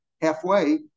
halfway